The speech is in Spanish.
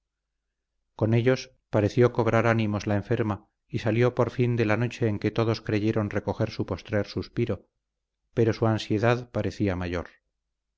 con ellos pareció cobrar ánimos la enferma y salió por fin de la noche en que todos creyeron recoger su postrer suspiro pero su ansiedad parecía mayor